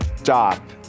stop